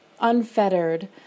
unfettered